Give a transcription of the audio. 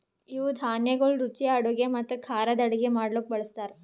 ಇವು ಧಾನ್ಯಗೊಳ್ ರುಚಿಯ ಅಡುಗೆ ಮತ್ತ ಖಾರದ್ ಅಡುಗೆ ಮಾಡ್ಲುಕ್ ಬಳ್ಸತಾರ್